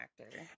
actor